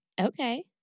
Okay